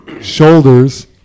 shoulders